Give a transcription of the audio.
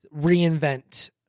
reinvent